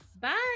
bye